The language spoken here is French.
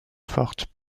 forte